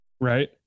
Right